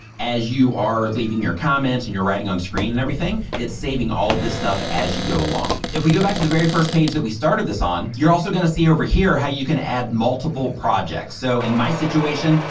as you are leaving your comments and your writing on screen and everything it's saving all of this stuff as you go along. if we go back to the very first page that we started this on, you're also gonna see over here how you can add multiple projects. so in my situation,